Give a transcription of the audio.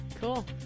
Cool